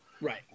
right